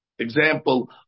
example